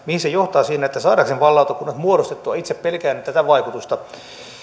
mihin se johtaa saadaanko ne vaalilautakunnat muodostettua itse pelkään tätä vaikutusta